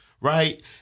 right